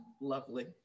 lovely